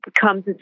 comes